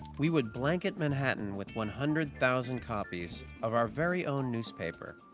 we would blanket manhattan with one hundred thousand copies of our very own newspaper.